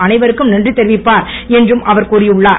அனைவருக்கும் நன்றி தெரிவிப்பார் என்றும் அவர் கூறியுன்னார்